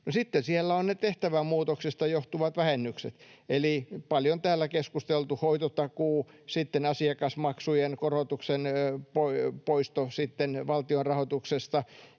sitten siellä ovat ne tehtävämuutoksesta johtuvat vähennykset, eli paljon täällä keskusteltu hoitotakuu, sitten asiakasmaksujen korotuksen poisto, sitten valtionrahoituksesta